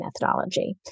methodology